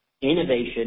Innovation